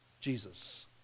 Jesus